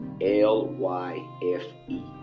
L-Y-F-E